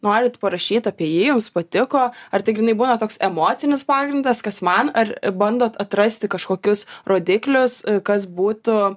norit parašyt apie jį jums patiko ar tai grynai būna toks emocinis pagrindas kas man ar bandot atrasti kažkokius rodiklius kas būtų